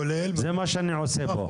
זה מה שאני עושה פה.